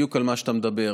בדיוק לגבי מה שאתה מדבר.